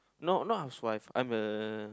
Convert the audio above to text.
no not his wife I'm a